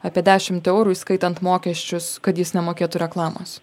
apie dešimt eurų įskaitant mokesčius kad jis nemokėtų reklamos